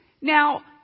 now